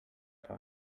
pond